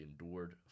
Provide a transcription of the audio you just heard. endured